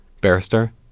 barrister